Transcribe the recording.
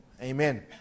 amen